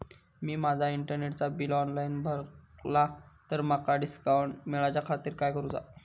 मी माजा इंटरनेटचा bill online भरला तर माका डिस्काउंट मिलाच्या खातीर काय करुचा?